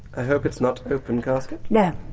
hope it's not open casket? yeah